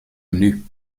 menu